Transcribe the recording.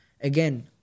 again